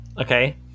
Okay